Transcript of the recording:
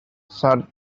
sir